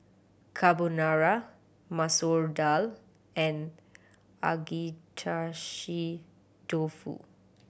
Carbonara Masoor Dal and Agedashi Dofu